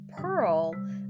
Pearl